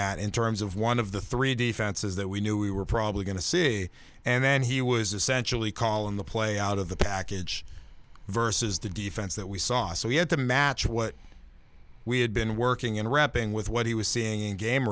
at in terms of one of the three defenses that we knew we were probably going to see and then he was essentially call on the play out of the package versus the defense that we saw so we had to match what we had been working in wrapping with what he was seeing in game